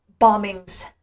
bombings